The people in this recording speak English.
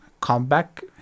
comeback